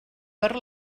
per